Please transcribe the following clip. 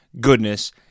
goodness